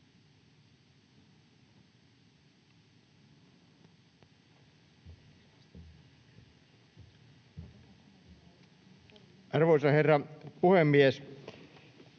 Arvoisa herra puhemies!